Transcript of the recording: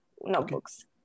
notebooks